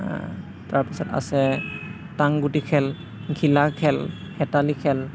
তাৰপাছত আছে টাংগুটি খেল ঘিলা খেল হেতালি খেল